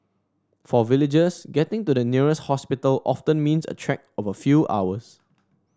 for villagers getting to the nearest hospital often means a trek of a few hours